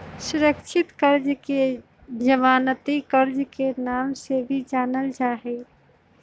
सुरक्षित कर्ज के जमानती कर्ज के नाम से भी जानल जाहई